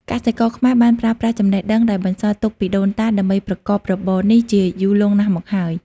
កសិករខ្មែរបានប្រើប្រាស់ចំណេះដឹងដែលបន្សល់ទុកពីដូនតាដើម្បីប្រកបរបរនេះជាយូរលង់ណាស់មកហើយ។